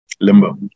limbo